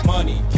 Money